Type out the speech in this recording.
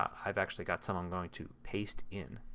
um i've actually got some i'm going to paste in.